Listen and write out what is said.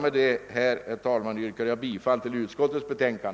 Med det anförda yrkar jag bifall till bevillningsutskottets hemställan.